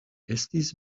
estis